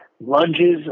Lunges